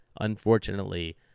Unfortunately